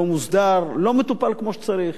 לא מוסדר, לא מטופל כמו שצריך.